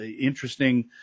interesting